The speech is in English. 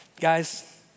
Guys